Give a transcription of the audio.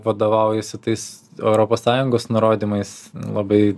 vadovaujasi tais europos sąjungos nurodymais labai